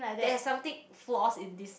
there is something flaws in this